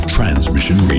Transmission